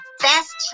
best